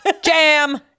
Jam